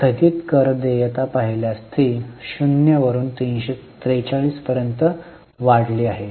स्थगित कर देयता पाहिल्यास ती 0 वरून 343 पर्यंत वाढली आहे